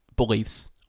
Beliefs